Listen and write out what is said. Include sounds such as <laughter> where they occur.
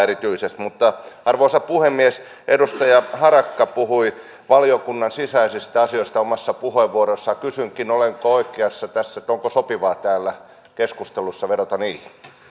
<unintelligible> erityisesti arvoisa puhemies edustaja harakka puhui valiokunnan sisäisistä asioista omassa puheenvuorossaan kysynkin olenko oikeassa tässä että onko sopivaa täällä keskusteluissa vedota niihin